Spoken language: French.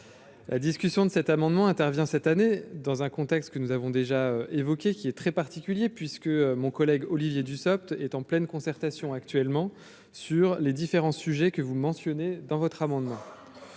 la discussion de cet amendement intervient cette année dans un contexte que nous avons déjà évoqué, qui est très particulier, puisque mon collègue Olivier Dussopt est en pleine concertation actuellement sur les différents sujets que vous mentionnez dans votre amendement,